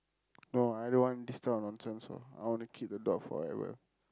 oh I don't want this type of nonsense all I want to keep the dog forever